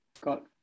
got